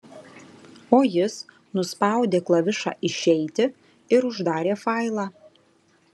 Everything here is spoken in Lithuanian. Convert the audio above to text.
o jis nuspaudė klavišą išeiti ir uždarė failą